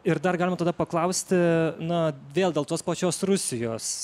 ir dar galim tada paklausti na vėl dėl tos pačios rusijos